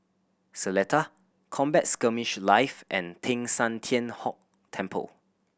Seletar Combat Skirmish Live and Teng San Tian Hock Temple